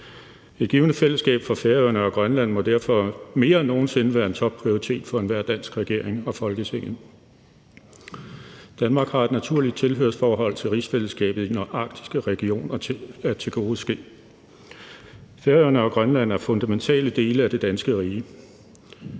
Det givende fællesskab for Færøerne og Grønland må derfor mere end nogen sinde være en topprioritet for enhver dansk regering og Folketinget. Danmark har et naturligt tilhørsforhold til rigsfællesskabet i den arktiske region, og det skal tilgodeses. Færøerne og Grønland er fundamentale dele af det danske rige.